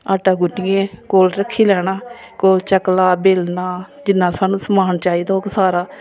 आटा गुन्नियै कोल रक्खी लैना कोल चकला बेलना जिन्ना सानू समान चाहिदा होग सारा